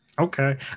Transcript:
okay